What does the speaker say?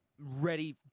ready